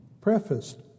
prefaced